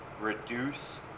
Reduce